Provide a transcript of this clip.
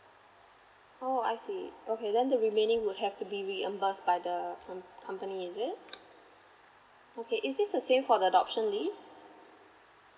oh I see okay then the remaining would have to be reimbursed by the um company is it okay is this the same for the adoption leave